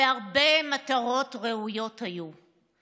הרבה מטרות ראויות היו.